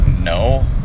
no